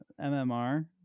MMR